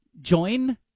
join